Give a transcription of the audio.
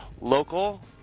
local